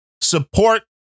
support